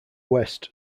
west